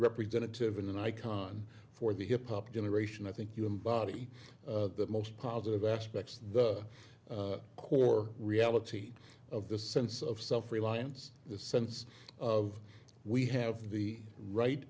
representative and an icon for the hip hop generation i think you embody the most positive aspects of the core reality of the sense of self reliance the sense of we have the right